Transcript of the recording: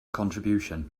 contribution